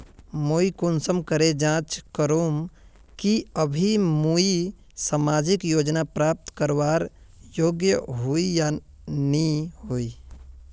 मुई कुंसम करे जाँच करूम की अभी मुई सामाजिक योजना प्राप्त करवार योग्य होई या नी होई?